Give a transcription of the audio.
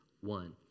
One